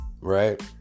right